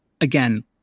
again